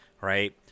right